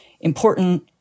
important